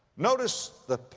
notice the